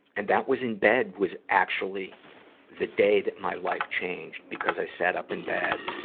and that was in bed, was actually the day that my life changed, because i sat up in bed,